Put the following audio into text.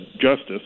justice